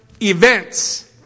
events